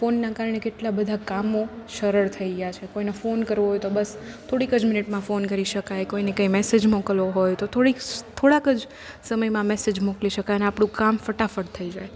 ફોનનાં કારણે કેટલા બધા કામો સરળ થઈ ગયાં છે કોઈને ફોન કરવો હોય તો બસ થોડીક જ મિનિટમાં ફોન કરી શકાય કોઈને કંઇ મેસેજ મોકલવો હોય તો થોડીક થોડાક જ સમયમાં મોકલી શકાય ને આપણું કામ ફટાફટ થઈ જાય